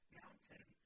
mountain